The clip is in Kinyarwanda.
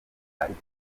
ariko